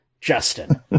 Justin